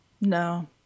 No